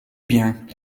bien